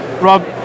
Rob